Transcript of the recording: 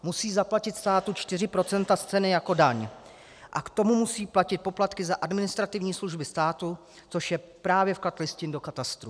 Musí zaplatit státu 4 % z ceny jako daň a k tomu musí platit poplatky za administrativní služby státu, což je právě vklad listin do katastru.